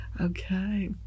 Okay